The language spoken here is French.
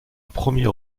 premier